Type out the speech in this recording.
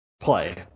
play